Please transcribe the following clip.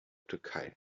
türkei